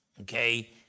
okay